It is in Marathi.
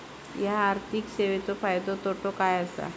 हया आर्थिक सेवेंचो फायदो तोटो काय आसा?